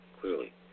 ...clearly